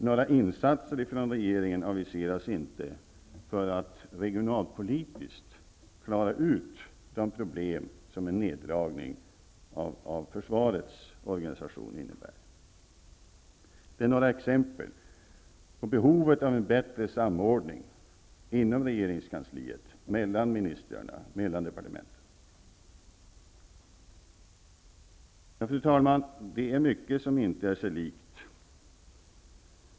Några insatser från regeringen aviseras inte för att regionalpolitiskt klara av de problem som en neddragning av försvarets organisation innebär. Det är några exempel på behovet av en bättre samordning inom regeringskansliet, mellan ministrarna och departementen. Det är mycket som inte är sig likt.